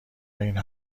این